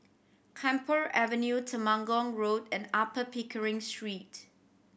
Camphor Avenue Temenggong Road and Upper Pickering Street